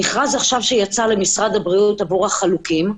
המשרד עכשיו שיצא למשרד הבריאות עבור החלוקים,